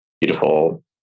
beautiful